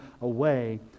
away